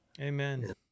Amen